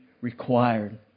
required